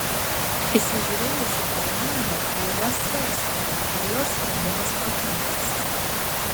įsižiūrėjusi pro langą eiva svarstė ar jos sprendimas protingas